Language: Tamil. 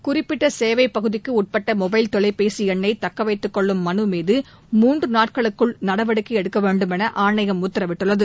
குறிப்பிட்ட சேவை பகுதிக்கு உட்பட்ட மொபைல் தொலைபேசி என்ணை தக்க வைத்துக்கொள்ளும் மனு மீது மூன்று நாட்களுக்குள் நடவடிக்கை எடுக்கவேண்டும் என ஆணையம் உத்தரவிட்டுள்ளது